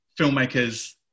filmmakers